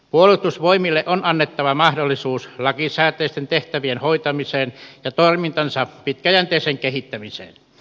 puolustusvoimille on annettava mahdollisuus lakisääteisten tehtäviensä hoitamiseen ja toimintansa pitkäjänteiseen kehittämiseen